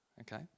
Okay